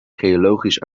geologisch